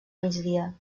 migdia